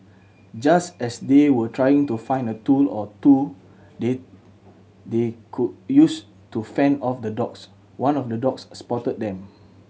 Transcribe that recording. just as they were trying to find a tool or two they they could use to fend off the dogs one of the dogs spotted them